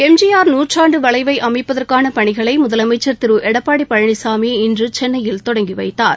எம்ஜிஆர் நூற்றாண்டு வளைவை அமைப்பதற்கான பணிகளை முதலமைச்சர் திரு எடப்பாடி பழனிசாமி இன்று சென்னையில் தொடங்கி வைத்தார்